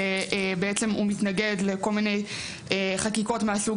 שבעצם הוא מתנגד לכל מיני חקיקות מהסוג